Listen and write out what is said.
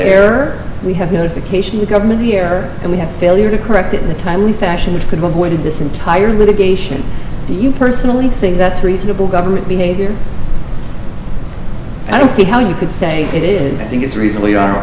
error we have notification to government here and we have failure to correct it in a timely fashion which could be avoided this entire litigation do you personally think that's reasonable government behavior i don't see how you could say it is think it's a reason